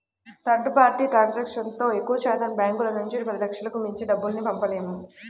third party ట్రాన్సాక్షన్తో ఎక్కువశాతం బ్యాంకుల నుంచి పదిలక్షలకు మించి డబ్బుల్ని పంపలేము